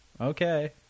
okay